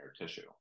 tissue